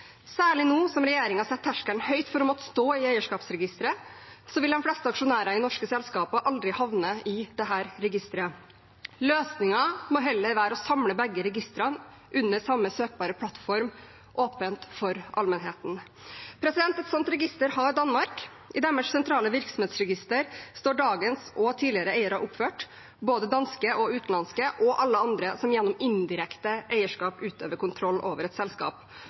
Særlig nå som regjeringen setter terskelen høyt for å måtte stå i eierskapsregisteret, vil de fleste aksjonærer i norske selskaper aldri havne i dette registeret. Løsningen må heller være å samle begge registrene under samme søkbare plattform, åpent for allmennheten. Et slikt register har Danmark. I deres sentrale virksomhetsregister står dagens og tidligere eiere oppført, både danske og utenlandske, og alle andre som gjennom indirekte eierskap utøver kontroll over et selskap.